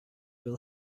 will